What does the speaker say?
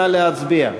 נא להצביע.